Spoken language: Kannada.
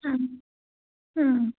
ಹಾಂ ಹ್ಞೂ